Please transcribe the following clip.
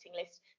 list